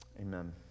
Amen